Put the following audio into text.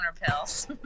pills